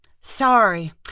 Sorry